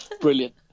Brilliant